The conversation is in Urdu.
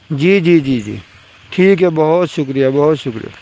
جی جی جی جی ٹھیک ہے بہت شکریہ بہت شکریہ